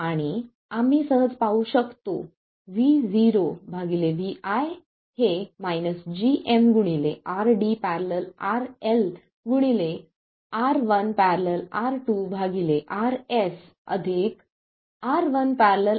आणि आम्ही सहज पाहू शकतो Vo vi हे gm RD ║RL R1 ║R2 Rs R1 ║ R2 असेल